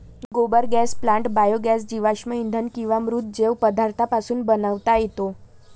गोबर gas plant biogas जीवाश्म इंधन किंवा मृत जैव पदार्थांपासून बनवता येतो